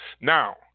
Now